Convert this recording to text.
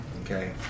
Okay